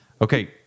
Okay